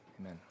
Amen